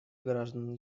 граждан